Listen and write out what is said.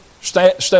step